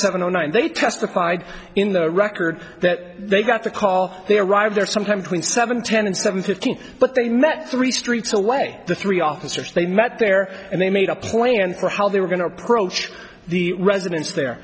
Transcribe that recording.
seven o nine and they testified in the record that they got the call they arrived there sometime between seven ten and seven fifteen but they met three streets away the three officers they met there and they made a plan for how they were going to approach the residence there